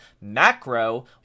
macro